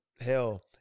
hell